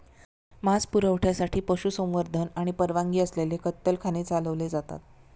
मांस पुरवठ्यासाठी पशुसंवर्धन आणि परवानगी असलेले कत्तलखाने चालवले जातात